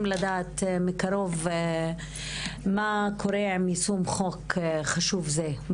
לדעת מקרוב מה קורה עם יישום החוק החשוב הזה.